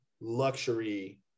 luxury